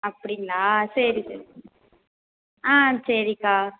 அப்படிங்களா சரி சரி ஆ சரிக்கா